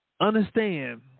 Understand